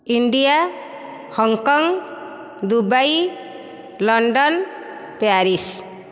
India Hong Kong Dubai London Paris